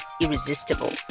irresistible